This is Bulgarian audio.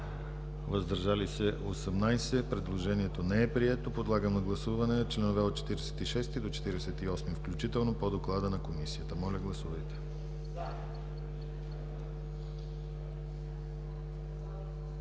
въздържали се 18. Предложението не е прието. Подлагам на гласуване членове от 46 до 48 включително по Доклада на Комисията. Гласували